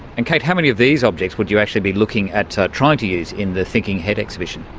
and kate, how many of these objects would you actually be looking at trying to use in the thinking ahead exhibition?